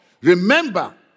Remember